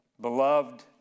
beloved